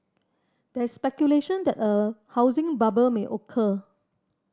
there is speculation that a housing bubble may occur